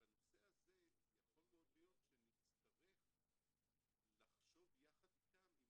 בנושא הזה יכול מאוד להיות שנצטרך יחד איתם אם